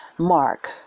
Mark